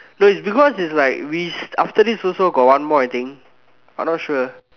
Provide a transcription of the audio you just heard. no it's because it's like we after this also got one more I think I not sure